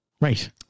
Right